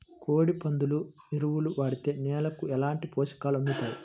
కోడి, పందుల ఎరువు వాడితే నేలకు ఎలాంటి పోషకాలు అందుతాయి